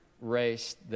race